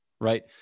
right